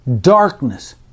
Darkness